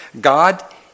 God